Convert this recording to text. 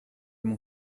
mon